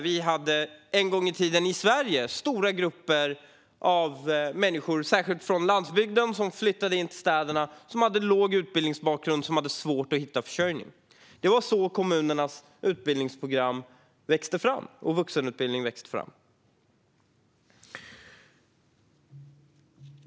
Vi hade en gång i tiden i Sverige stora grupper människor från landsbygden som flyttade in till städerna. De hade låg utbildning och svårt att hitta försörjning. Det var så kommunernas utbildningsprogram och vuxenutbildning växte fram.